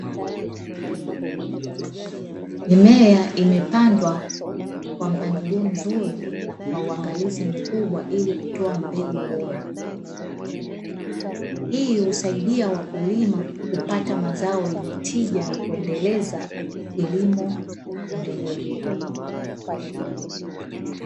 Mimea imepandwa kwa mpangilio mzuri na kwa uangalizi mkubwa, ili kutoa mbegu bora. Hii husaidia wakulima kupata mazao yenye tija na kuendeleza kilimo endelevu.